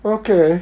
okay